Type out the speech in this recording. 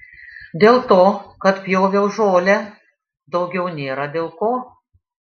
dėl to kad pjoviau žolę daugiau nėra dėl ko